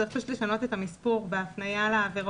צריך לשנות את המספור בהפניה לעבירות.